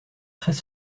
très